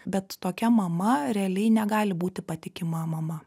bet tokia mama realiai negali būti patikima mama